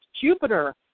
Jupiter